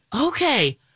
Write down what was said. Okay